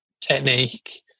technique